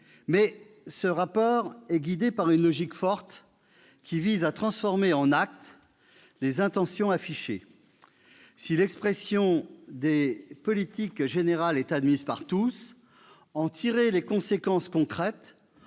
ce rapport est guidé par une logique forte, qui vise à transformer en actes les intentions affichées. Si l'expression des politiques générales est admise par tous, en tirer les conséquences concrètes,